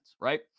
right